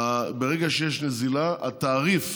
ברגע שיש נזילה, התעריף